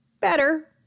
better